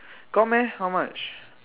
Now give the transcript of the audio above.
got meh how much